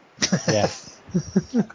Yes